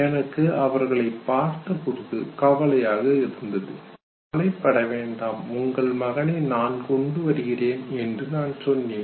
எனக்கு அவர்களை பார்த்த போது கவலையாக இருந்தது "கவலைப்பட வேண்டாம் உங்கள் மகனை நான் கொண்டு வருகிறேன்" என்று நான் சொன்னேன்